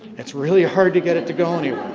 it's really hard to get it to go anywhere.